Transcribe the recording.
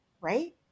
Right